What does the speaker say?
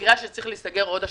צריך להיסגר עוד השבוע.